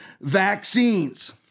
vaccines